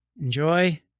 Enjoy